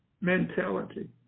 mentality